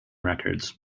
records